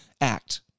Act